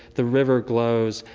the river glows,